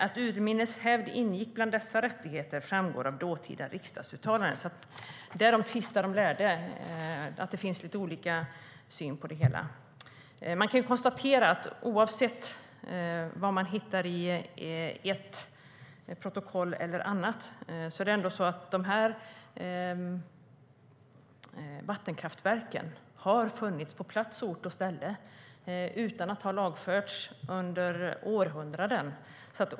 Att urminnes hävd ingick bland dessa rättigheter framgår av dåtida riksdagsuttalanden. Därom tvista de lärde. Det finns alltså olika syn på det hela. Oavsett vad man hittar i ett eller annat protokoll har vattenkraftverk funnits på plats på ort och ställe utan att ha lagförts under århundraden.